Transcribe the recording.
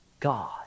God